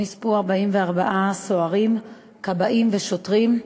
שבו נספו 44 סוהרים, כבאים ושוטרים,